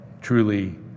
truly